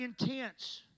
intense